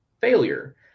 failure